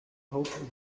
hope